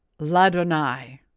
ladonai